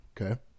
Okay